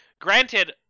granted